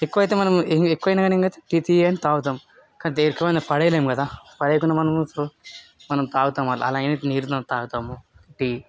ఎక్కువైతే మనం ఎక్కువైనా కాని ఇంక టీ ఏం తాగుతాం కొద్దిగా ఎక్కువైనా పడేయలేం కదా పడేయకుండా మనము తాగుతాం అలా అలా ఏమి తాగుతాం